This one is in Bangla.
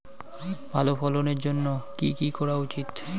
ভালো ফলনের জন্য কি কি করা উচিৎ?